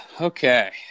Okay